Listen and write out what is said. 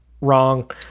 wrong